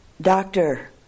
Doctor